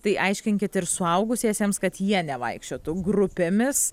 tai aiškinkit ir suaugusiesiems kad jie nevaikščiotų grupėmis